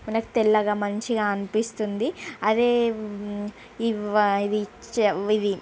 మనకు తెల్లగా మంచిగా అనిపిస్తుంది అదే